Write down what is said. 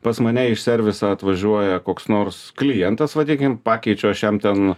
pas mane į servisą atvažiuoja koks nors klientas vadinkim pakeičiu aš jam ten